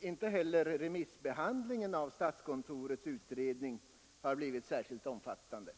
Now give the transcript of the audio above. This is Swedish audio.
Inte heller remissbehandlingen av statskontorets utredning har blivit särskilt omfattande.